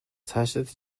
цаашид